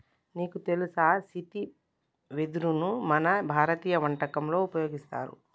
నీకు తెలుసా సీతి వెదరును మన భారతీయ వంటకంలో ఉపయోగిస్తారు